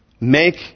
Make